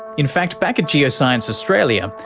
in fact back at geoscience australia,